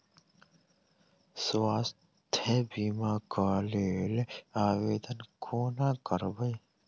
स्वास्थ्य बीमा कऽ लेल आवेदन कोना करबै?